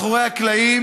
כרגע, מאחורי הקלעים,